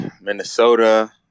Minnesota